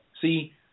See